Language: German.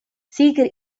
sieger